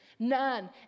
None